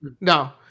No